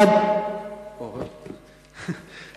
ולכן לאחר מכן נעבור מייד להצבעה.